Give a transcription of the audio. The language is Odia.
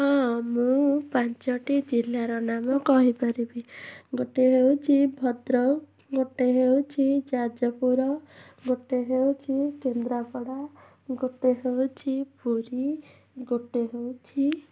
ହଁ ମୁଁ ପାଞ୍ଚଟି ଜିଲ୍ଲାର ନାମ କହିପାରିବି ଗୋଟେ ହେଉଛି ଭଦ୍ରକ ଗୋଟେ ହେଉଛି ଯାଜପୁର ଗୋଟେ ହେଉଛି କେନ୍ଦ୍ରାପଡ଼ା ଗୋଟେ ହେଉଛି ପୁରୀ ଗୋଟେ ହେଉଛି